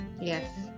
Yes